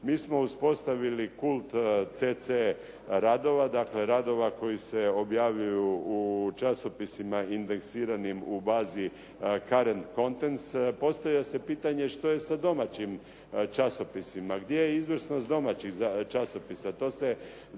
Mi smo uspostavili kult cc radova, dakle radova koji se objavljuju u časopisima indeksiranim u bazi Karan contents. Postavlja se pitanje što je sa domaćim časopisima. Gdje je izvrsnost domaćih časopisa?